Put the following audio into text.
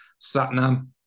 Satnam